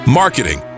marketing